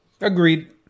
Agreed